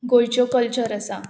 गोंयच्यो गोंयच्यो कल्चर आसा